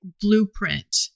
blueprint